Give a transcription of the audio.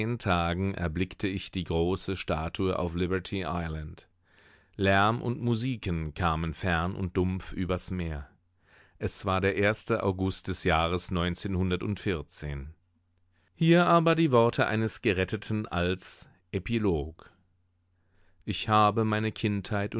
erblickte ich die große statue auf liberty island lärm und musiken kamen fern und dumpf übers meer es war der erste august des jahres neunzehnhundertundvierzehn hier aber die worte eines geretteten als epilog ich habe meine kindheit